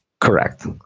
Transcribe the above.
Correct